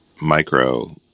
micro